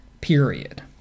period